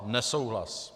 Nesouhlas.